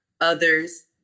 Others